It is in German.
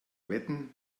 wetten